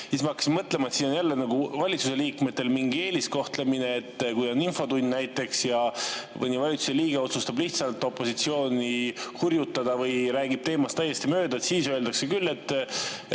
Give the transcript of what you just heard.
Ma hakkasin mõtlema, et siin on jälle nagu valitsuse liikmetel mingi eeliskohtlemine. Kui on näiteks infotund ja mõni valitsuse liige otsustab lihtsalt opositsiooni hurjutada või räägib teemast täiesti mööda, siis öeldakse küll, et